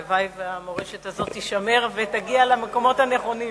הלוואי שהמורשת הזאת תישמר ותגיע למקומות הנכונים.